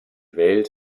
welt